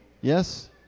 yes